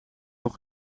nog